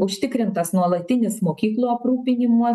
užtikrintas nuolatinis mokyklų aprūpinimas